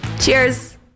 Cheers